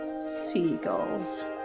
seagulls